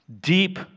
Deep